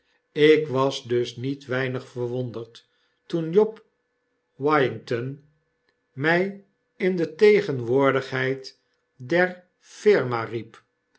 ik was dus niet weinig verwonderd toen job wiginton mij in de tegenwoordigheid derfirma riep